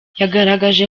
yagaragaje